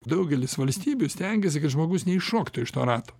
daugelis valstybių stengiasi kad žmogus neiššoktų iš to rato